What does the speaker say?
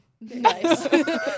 Nice